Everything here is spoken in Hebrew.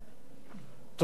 אדוני היושב-ראש,